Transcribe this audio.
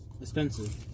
Expensive